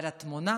אבל התמונה